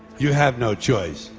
you have no choice.